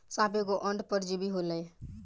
साप एगो अंड परजीवी होले